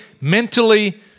mentally